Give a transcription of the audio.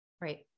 Right